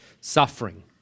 suffering